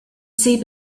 see